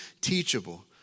teachable